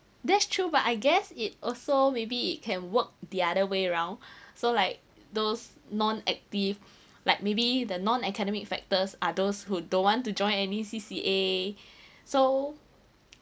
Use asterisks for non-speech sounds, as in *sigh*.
that's true but I guess it also maybe it can work the other way around *breath* so like those non active like maybe the non academic factors are those who don't want to join any C_C_A *breath* so